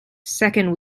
second